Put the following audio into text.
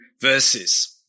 verses